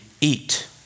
eat